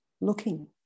looking